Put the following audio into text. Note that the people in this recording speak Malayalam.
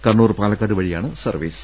കണ്ണൂർ പാലക്കാട് വഴിയാണ് സർവീസ്